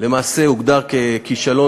למעשה הוגדר ככישלון,